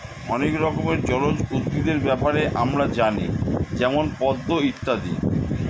অনেক রকমের জলজ উদ্ভিদের ব্যাপারে আমরা জানি যেমন পদ্ম ইত্যাদি